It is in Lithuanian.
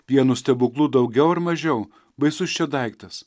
vienu stebuklu daugiau ar mažiau baisus čia daiktas